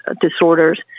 disorders